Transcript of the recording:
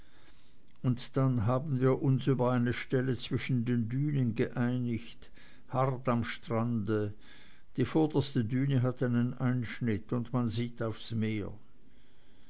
und dann haben wir uns über eine stelle zwischen den dünen geeinigt hart am strand die vorderste düne hat einen einschnitt und man sieht aufs meer